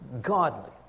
godly